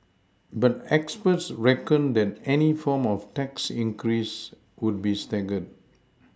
but experts reckoned that any form of tax increases would be staggered